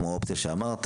כמו האופציה שאמרת,